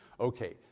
Okay